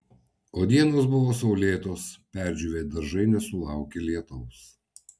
o dienos buvo saulėtos perdžiūvę daržai nesulaukė lietaus